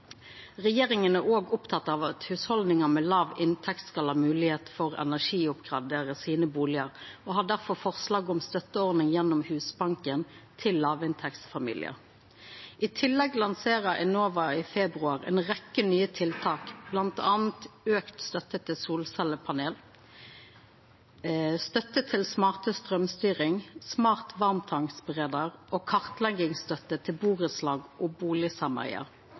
er òg oppteken av at hushaldningar med låg inntekt skal ha moglegheit til å energioppgradera sine bustader, og har derfor forslag om støtteordning gjennom Husbanken til låginntektsfamiliar. I tillegg lanserte Enova i februar ei rekkje nye tiltak, bl.a. auka støtte til solcellepanel, støtte til smart straumstyring, smart varmtvasstank og kartleggjingsstøtte til burettslag og